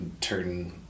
turn